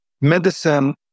medicine